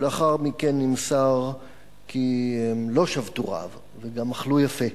ולאחר מכן נמסר כי הם לא שבתו רעב וגם אכלו יפה,